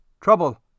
Trouble